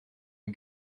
mae